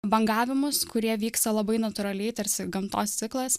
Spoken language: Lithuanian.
bangavimus kurie vyksta labai natūraliai tarsi gamtos ciklas